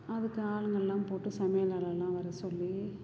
அதுக்கு ஆளுங்கெல்லாம் போட்டு சமையல் ஆளெல்லாம் வரச் சொல்லி